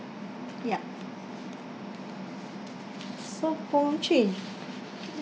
ya so pung ching